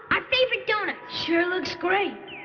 um favorite donuts. sure looks great.